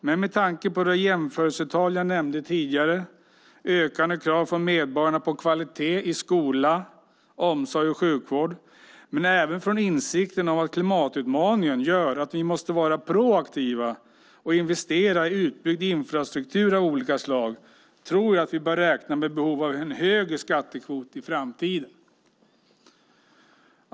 Men med tanke på det jämförelsetal jag nämnde tidigare, ökande krav från medborgarna på kvalitet i skola, omsorg och sjukvård men även insikten att klimatutmaningen gör att vi måste vara proaktiva och investera i utbyggd infrastruktur av olika slag tror jag att vi bör räkna med behov av en högre skattekvot i framtiden.